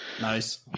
Nice